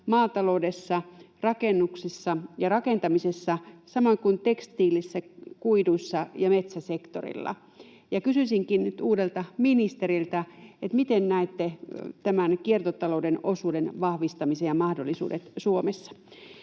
maataloudessa, rakennuksissa ja rakentamisessa, samoin kuin tekstiileissä, kuiduissa ja metsäsektorilla. Kysyisinkin nyt uudelta ministeriltä: miten näette tämän kiertotalouden osuuden vahvistamisen ja mahdollisuudet Suomessa?